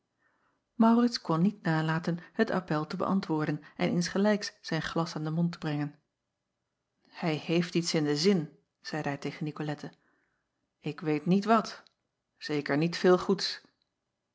aurits kon niet nalaten het appèl te beäntwoorden en insgelijks zijn glas aan den mond te brengen ij heeft iets in den zin zeide hij tegen icolette ik weet niet wat zeker niet veel goeds